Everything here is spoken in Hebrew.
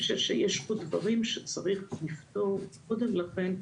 אני חושבת שיש פה דברים שצריך לפתור קודם לכן,